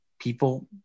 people –